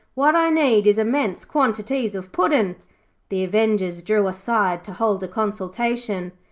what i need is immense quantities of puddin' the avengers drew aside to hold a consultation.